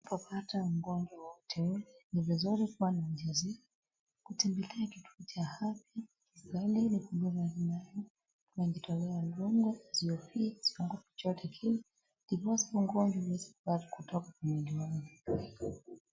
Unapopata ugonjwa wowote. Ni vizuri kuwa na jinsi kutembelea kituo cha afya kila stahili kujua hali, unajitolea dongo, vioo ili usiogope chochote kile. Ndiposa ugonjwa ilikubali kutoka kwa mwili.